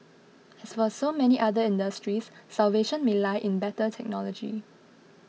as for so many other industries salvation may lie in better technology